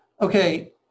Okay